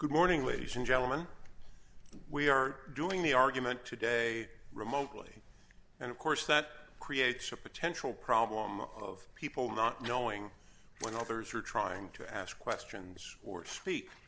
good morning ladies and gentleman we are doing the argument today remotely and of course that creates a potential problem of people not knowing when others are trying to ask questions or s